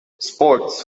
sports